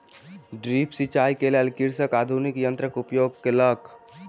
drip सिचाई के लेल कृषक आधुनिक यंत्रक उपयोग केलक